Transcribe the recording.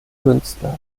künstlers